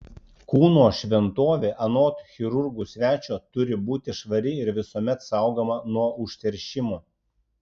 kūno šventovė anot chirurgų svečio turi būti švari ir visuomet saugoma nuo užteršimo